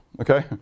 Okay